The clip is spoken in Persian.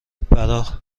برا